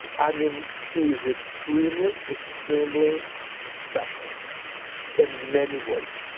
i mean, he's extremely, extremely special in many ways.